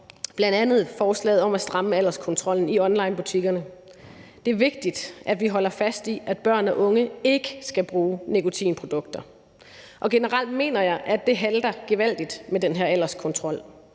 bl.a. forslaget om at stramme alderskontrollen i onlinebutikkerne. Det er vigtigt, at vi holder fast i, at børn og unge ikke skal bruge nikotinprodukter, og generelt mener jeg, at det halter gevaldigt med den her alderskontrol,